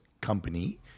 company